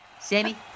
Sammy